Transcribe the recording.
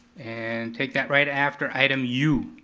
and take that right after item u.